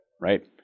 right